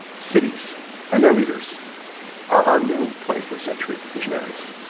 cities and their leaders are our new twenty first century visionaries.